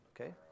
Okay